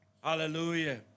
Hallelujah